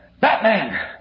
Batman